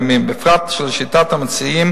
בהפרש יותר קטן,